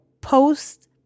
post